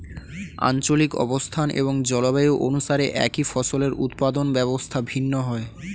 আঞ্চলিক অবস্থান এবং জলবায়ু অনুসারে একই ফসলের উৎপাদন ব্যবস্থা ভিন্ন হয়